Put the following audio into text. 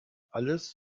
alles